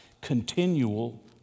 continual